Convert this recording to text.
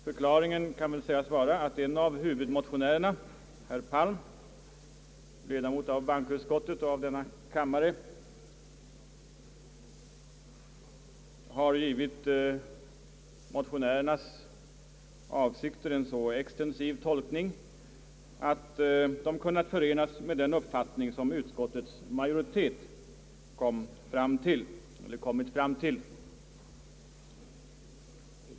Förklaringen kan väl sägas vara att en av huvudmotionärerna — herr Palm, ledamot av bankoutskottet och av denna kammare — givit motionärernas avsikter en så extensiv tolkning att de kunnat förenas med den uppfattning som utskottets majoritet kommit fram till.